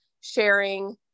sharing